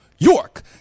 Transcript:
York